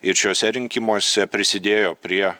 ir šiuose rinkimuose prisidėjo prie